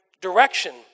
direction